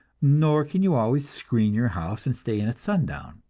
nor can you always screen your house and stay in at sundown.